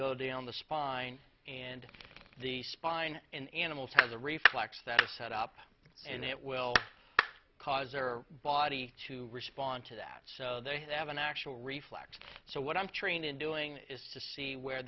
go down the spine and the spine in animals has a reflex that is set up and it will cause their body to respond to that so they have an actual reflex so what i'm trained in doing is to see where